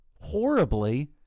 horribly